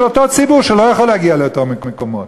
של אותו ציבור שלא יכול להגיע לאותם מקומות,